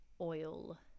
oil